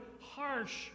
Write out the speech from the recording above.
harsh